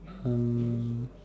and